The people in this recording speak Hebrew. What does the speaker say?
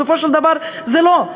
בסופו של דבר זה לא.